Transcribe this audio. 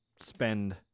spend